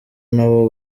nabo